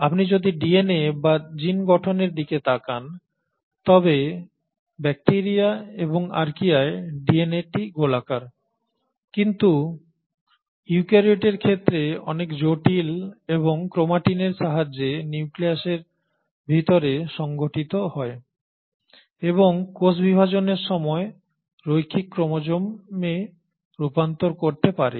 আপনি যদি ডিএনএ বা জিন গঠনের দিকে তাকান তবে ব্যাকটিরিয়া এবং আর্চিয়ায় ডিএনএটি গোলাকার কিন্তু ইউক্যারিওটের ক্ষেত্রে অনেক জটিল এবং ক্রোমাটিনের সাহায্যে নিউক্লিয়াসের ভিতরে সংগঠিত হয় এবং কোষ বিভাজনের সময় রৈখিক ক্রোমোজোমে রূপান্তর করতে পারে